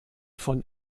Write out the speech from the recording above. von